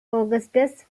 augustus